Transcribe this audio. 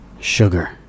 sugar